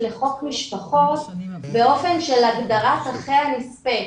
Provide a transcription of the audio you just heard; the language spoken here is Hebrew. לחוק משפחות באופן של הגדרת אחיי הנספה.